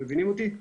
אתם מבינים אותי?